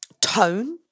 tone